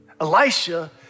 Elisha